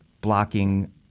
blocking